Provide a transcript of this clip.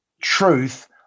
truth